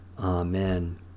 Amen